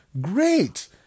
great